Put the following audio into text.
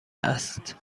است